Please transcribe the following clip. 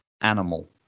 animal